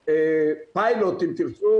לצלול,